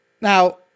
Now